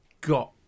got